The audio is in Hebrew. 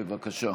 בבקשה.